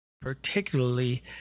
particularly